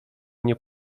nie